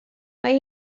mae